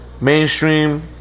Mainstream